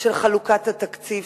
של חלוקת התקציב,